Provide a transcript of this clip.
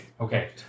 okay